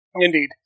Indeed